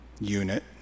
unit